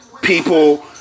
people